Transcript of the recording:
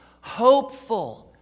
hopeful